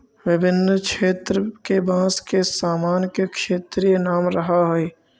विभिन्न क्षेत्र के बाँस के सामान के क्षेत्रीय नाम रहऽ हइ